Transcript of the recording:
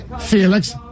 Felix